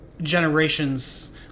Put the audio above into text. generations